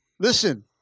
Listen